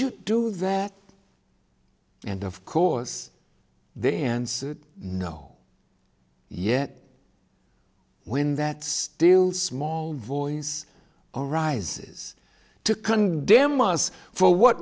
you do that and of course the answer is no yet when that still small voice arises to condemn us for what